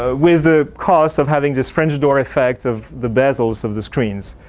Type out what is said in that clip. ah with the cost of having this french door effect of the bezels of the streams.